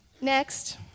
Next